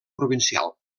provincial